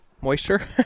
moisture